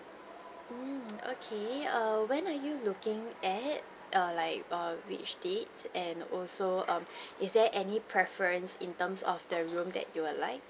mm okay err when are you looking at err like err like which dates and also um is there any preference in terms of the room that you would like